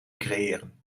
creëren